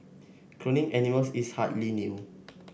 cloning animals is hardly new